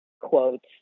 quotes